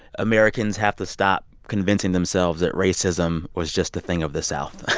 americans have to stop convincing themselves that racism was just a thing of the south.